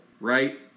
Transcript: right